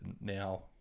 now